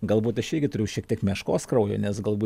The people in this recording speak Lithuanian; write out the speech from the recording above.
galbūt aš irgi turiu šiek tiek meškos kraujo nes galbūt